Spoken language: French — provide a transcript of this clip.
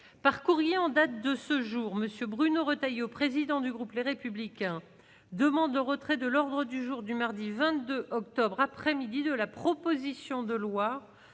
par courrier en date de ce jour Monsieur Bruno Retailleau, président du groupe, les républicains demande de retrait de l'ordre du jour du mardi 22 octobre après-midi de la proposition de loi